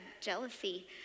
jealousy